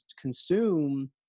consume